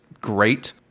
great